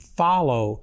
follow